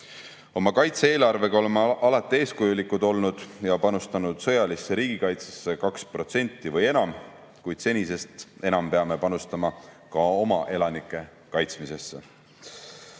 kaitse-eelarvega oleme alati eeskujulikud olnud ja panustanud sõjalisse riigikaitsesse 2% või enam, kuid senisest enam peame panustama ka oma elanike kaitsmisesse.